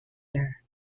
there